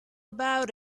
about